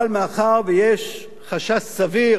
אבל מאחר שיש חשש סביר